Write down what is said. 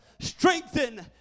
strengthen